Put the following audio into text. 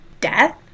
death